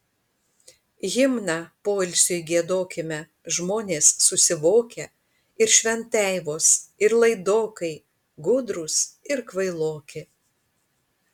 himną poilsiui giedokime žmonės susivokę ir šventeivos ir laidokai gudrūs ir kvailoki